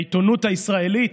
העיתונות הישראלית?